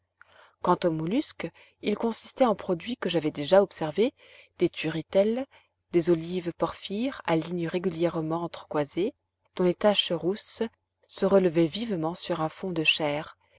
quant aux mollusques ils consistaient en produits que j'avais déjà observés des turritelles des olives porphyres à lignes régulièrement entrecroisées dont les taches rousses se relevaient vivement sur un fond de chair